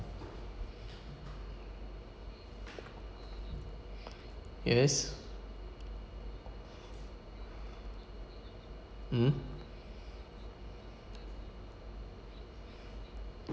yes mm